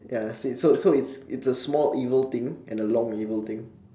ya so it so so it's it's a small evil thing and a long evil thing